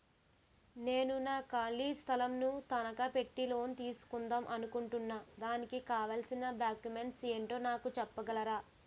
నేను నా ఖాళీ స్థలం ను తనకా పెట్టి లోన్ తీసుకుందాం అనుకుంటున్నా దానికి కావాల్సిన డాక్యుమెంట్స్ ఏంటో నాకు చెప్పగలరా?